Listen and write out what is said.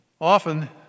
Often